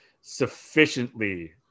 sufficiently